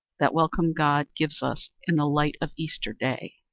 that welcome god gives us in the light of easter day.